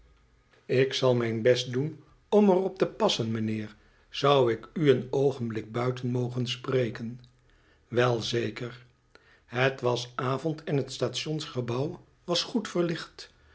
ik zal mijn best doen om er op te passen mijnheer zou ik u een oogenblik buiten mogen spreken t wel zeker het was avond en het stationsgebouw was goed verlicht